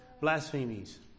blasphemies